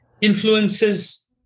Influences